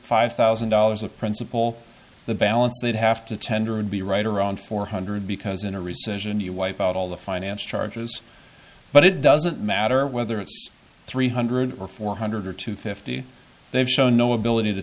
five thousand dollars of principal the balance they'd have to tender and be right around four hundred because in a recession you wipe out all the finance charges but it doesn't matter whether it's three hundred or four hundred or two fifty they've shown no ability to